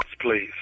please